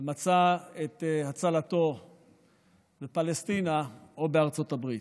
ומצא את הצלתו בפלשתינה או בארצות הברית.